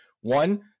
One